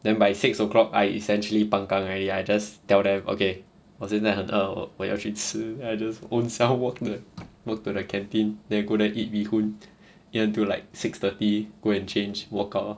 then by six o'clock I essentially pang kang already I just tell them okay 我真的很饿我要去吃 then I just ownself walk the walk to the canteen there go there eat bee hoon eat until like six thirty go and change walk out lor